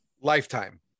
Lifetime